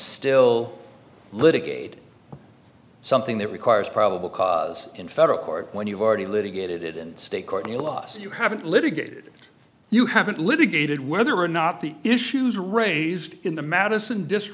still litigate something that requires probable cause in federal court when you've already litigated it in state court and you lost you haven't litigated you haven't litigated whether or not the issues raised in the madison dis